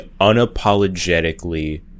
unapologetically